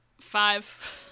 five